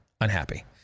unhappy